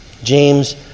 James